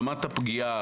רמת הפגיעה,